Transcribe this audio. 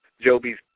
Joby's